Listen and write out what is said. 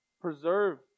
preserve